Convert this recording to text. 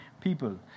people